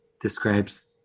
describes